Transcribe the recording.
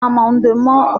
amendement